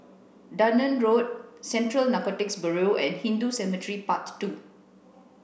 Dunearn Road Central Narcotics Bureau and Hindu Cemetery Path two